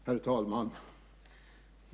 Herr talman!